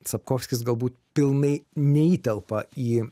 sapkovskis galbūt pilnai neįtelpa į